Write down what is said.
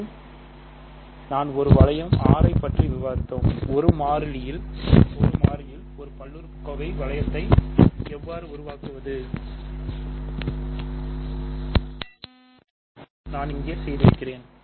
முன்பு நாம் ஒரு வளையம் R ஐ பற்றி விவாதித்தோம் 1 மாறியில் ஒரு பல்லுறுப்புக்கோவையை வளையத்தை எவ்வாறு உருவாக்குவது அதுதான் நான் இங்கே செய்திருக்கிறேன்